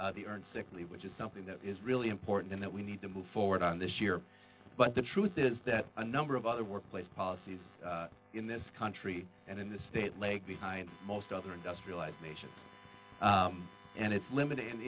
the earned sick leave which is something that is really important and that we need to move forward on this year but the truth is that a number of other workplace policies in this country and in the state lake behind most other industrialized nations and it's limited